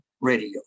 radio